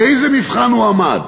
באיזה מבחן הוא עמד?